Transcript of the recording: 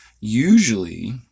usually